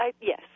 yes